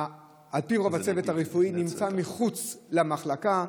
על פי רוב הצוות הרפואי נמצא מחוץ למחלקה.